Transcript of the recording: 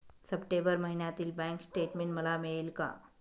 September महिन्यातील bank statement मला मिळेल का?